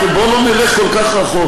בואו לא נלך כל כך רחוק.